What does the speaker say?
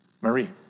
Marie